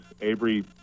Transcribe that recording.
Avery